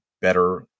better